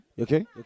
Okay